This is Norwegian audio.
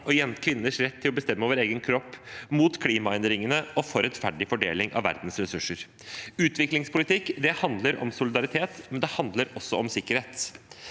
og kvinners rett til å bestemme over egen kropp, mot klimaendringene og for rettferdig fordeling av verdens ressurser. Utviklingspolitikk handler om solidaritet, men det handler også om sikkerhet.